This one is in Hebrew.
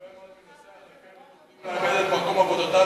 הרבה מאוד מנוסעי הרכבת הולכים לאבד את מקום עבודתם